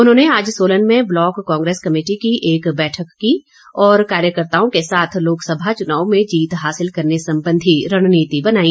उन्होंने आज सोलन में ब्लॉक कांग्रेस कमेटी की एक बैठक की और कार्यकर्ताओं के साथ लोकसभा चुनाव में जीत हासिल करने संबंधी रणनीति बनाई